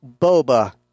boba